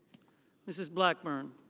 mrs. blackburn.